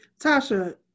Tasha